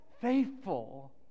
faithful